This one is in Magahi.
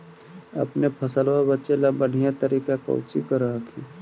अपने फसलबा बचे ला बढ़िया तरीका कौची कर हखिन?